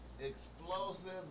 Explosive